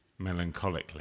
melancholically